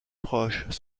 proches